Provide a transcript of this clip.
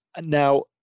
Now